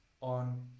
on